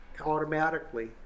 automatically